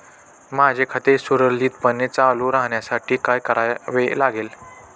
माझे खाते सुरळीतपणे चालू राहण्यासाठी काय करावे लागेल?